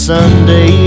Sunday